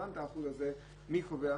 את האחוז הזה מי קובע?